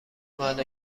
مال